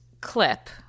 clip